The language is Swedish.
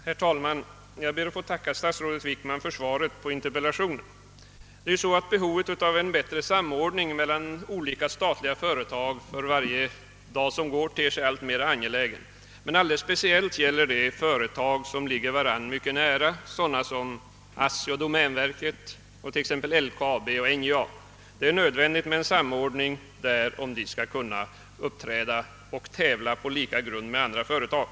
Herr talman! Jag ber att få tacka statsrådet Wickman för svaret på min interpellation. Behovet av en bättre samordning mellan olika statliga företag ter sig för varje dag mer angeläget. Alldeles speciellt gäller detta företag som ligger varandra mycket nära, t.ex. ASSI och domänverket, LKAB och NJA. Det är nödvändigt med en samordning om de skall kunna tävla på lika villkor med andra företag.